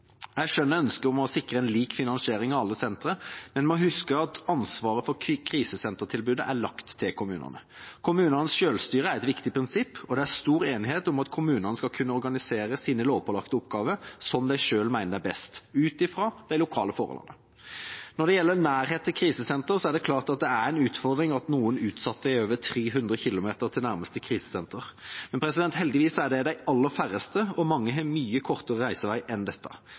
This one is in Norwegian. Jeg skjønner ønsket om å sikre lik finansiering av alle sentre, men vi må huske at ansvaret for krisesentertilbudet er lagt til kommunene. Kommunenes selvstyre er et viktig prinsipp, og det er stor enighet om at kommunene skal kunne organisere sine lovpålagte oppgaver slik de selv mener er best, ut ifra de lokale forholdene. Når det gjelder nærhet til krisesenter, er det klart at det er en utfordring at noen utsatte har over 300 km til nærmeste krisesenter, men heldigvis er det de aller færreste, og mange har mye kortere reisevei enn dette.